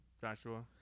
Joshua